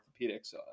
orthopedics